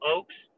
Oaks